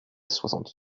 soixante